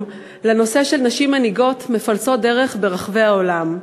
לנשים מנהיגות מפלסות דרך ברחבי העולם.